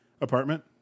apartment